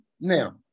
now